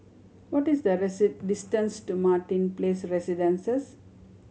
what is the distance to Martin Place Residences